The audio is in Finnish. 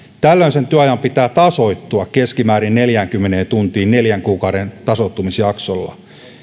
tällöin työajan pitää tasoittua keskimäärin neljäänkymmeneen tuntiin neljän kuukauden tasoittumisjaksolla